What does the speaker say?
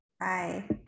Bye